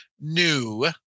new